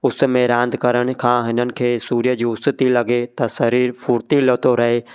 उस में रांदि करण खां हिननि खे सूर्य जी उस थी लॻे त शरीरु फुर्तिलो थो रहे